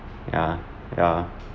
ya ya